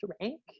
rank